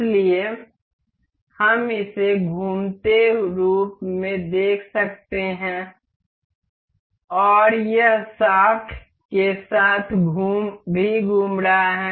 इसलिए हम इसे घूमते रूप में देख सकते हैं और यह शाफ्ट के साथ भी घूम रहा है